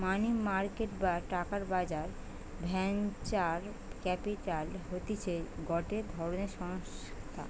মানি market বা টাকার বাজার ভেঞ্চার ক্যাপিটাল হতিছে গটে ধরণের সংস্থা